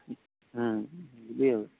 ହଁ ଯିବି ଆଉ